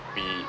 we